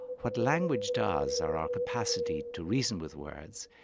what language does, or our capacity to reason with words,